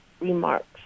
remarks